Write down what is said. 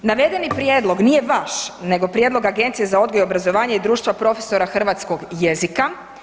Navedeni prijedlog nije vaš, nego prijedlog Agencije za odgoj i obrazovanje i društva profesora hrvatskog jezika.